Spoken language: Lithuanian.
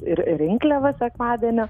ir rinkliavą sekmadienio